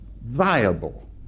viable